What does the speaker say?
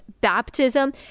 baptism